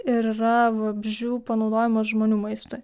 ir yra vabzdžių panaudojimas žmonių maistui